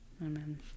amen